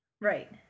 Right